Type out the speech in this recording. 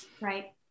right